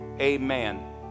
amen